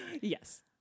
Yes